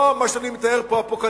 אני לא מתאר פה אפוקליפסה.